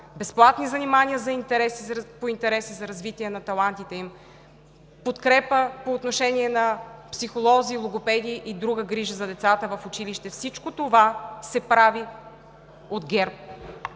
безплатни занимания по интереси за развитие на талантите им; подкрепа по отношение на психолози, логопеди и друга грижа за децата в училище. Всичко това се прави от ГЕРБ!